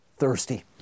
thirsty